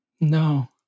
No